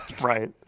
Right